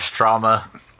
trauma